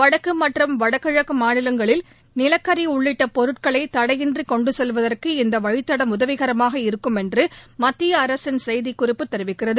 வடக்கு மற்றும் வடகிழக்கு மாநிலங்களில் நிலக்கரி உள்ளிட்ட பொருட்களை தடையின்றி கொண்டு செல்வதற்கு இந்த வழித்தடம் உதவிகரமாக இருக்கும் என்று மத்திய அரசின் செய்திக்குறிப்பு தெரிவிக்கிறது